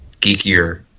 geekier